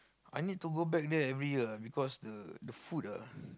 I need to go back there every year ah because the the food ah